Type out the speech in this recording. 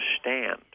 stand